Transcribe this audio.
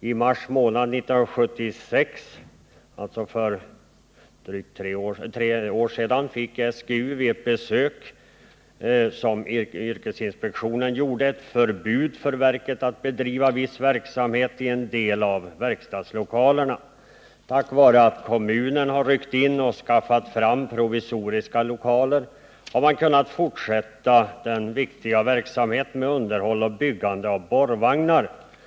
I mars månad 1976, alltså för tre år sedan, fick SGU vid ett besök som yrkesinspektionen gjorde förbud att bedriva viss verksamhet i en del av verkstadslokalerna. Tack vare att kommunen ryckt in och skaffat fram provisoriska lokaler har den viktiga verksamheten med underhåll och byggande av borrvagnar kunnat fortsättas.